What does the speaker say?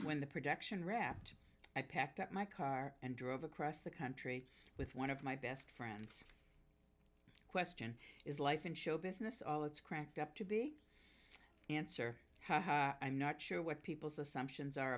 when the production wrapped i packed up my car and drove across the country with one of my best friends question is life in showbusiness all it's cracked up to be answer i'm not sure what people's assumptions are